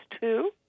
Two